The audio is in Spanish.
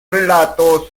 relato